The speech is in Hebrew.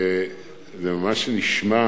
וזה ממש נשמע